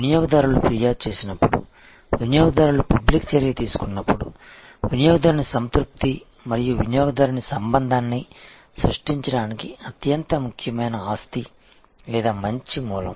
వినియోగదారులు ఫిర్యాదు చేసినప్పుడు వినియోగదారులు పబ్లిక్ చర్య తీసుకున్నప్పుడు వినియోగదారుని సంతృప్తి మరియు వినియోగదారుని సంబంధాన్ని సృష్టించడానికి అత్యంత ముఖ్యమైన ఆస్తి లేదా మంచి మూలం